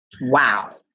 Wow